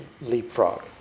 leapfrog